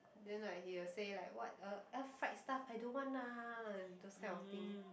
then like he will say like what uh all fried stuff I don't want lah those kind of thing